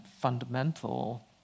fundamental